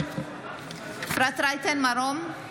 אפרת רייטן מרום,